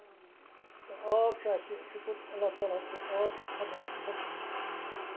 تہٕ آب چھُ اَسہِ شُکُر اللہ تعالیٰ ہَس کُن آب چھُ سیٚٹھاہ اَصٕل